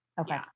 Okay